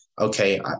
Okay